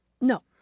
No